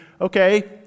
okay